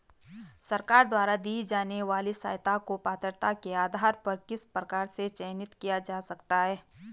सरकार द्वारा दी जाने वाली सहायता को पात्रता के आधार पर किस प्रकार से चयनित किया जा सकता है?